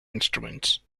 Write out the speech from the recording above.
instruments